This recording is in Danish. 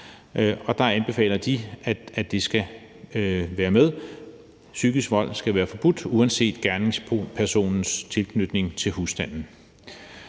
Der anbefaler de, at det skal være med. Psykisk vold skal være forbudt uanset gerningspersonens tilknytning til husstanden.